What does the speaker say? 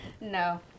no